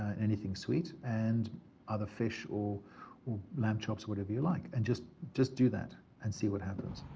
anything sweet and either fish or or lamb chops, whatever you like. and just just do that and see what happens.